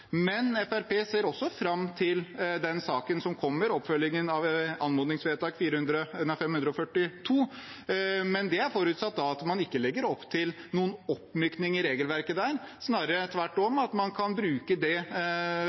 ser også fram til den saken som kommer, oppfølgingen av anmodningsvedtak nr. 542, men det er forutsatt at man ikke legger opp til noen oppmykning i regelverket der, men snarere tvert imot, at man kan bruke den oppfølgingen og det